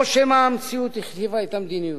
או שמא המציאות הכתיבה את המדיניות,